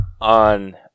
on